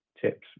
tips